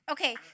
Okay